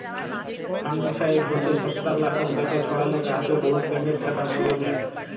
fungicide হছে ছত্রাক লাসক যেট ছড়ালে গাহাছে বহুত ব্যাঙের ছাতা ম্যরে যায়